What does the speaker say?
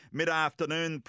mid-afternoon